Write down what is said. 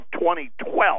2012